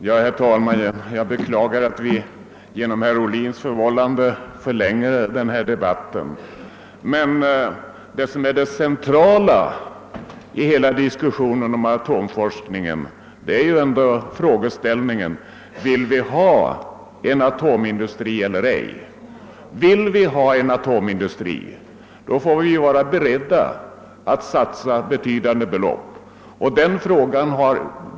Herr talman! Jag beklagar att vi genom herr Ohlins förvållande förlänger denna debatt. Det som är det centrala i hela diskussionen om atomforskningen är ändå frågeställningen om huruvida Sverige skall ha en atomindustri eller ej. Om vi vill ha en atomindustri, får vi vara beredda att satsa betydande belopp. Denna fråga har.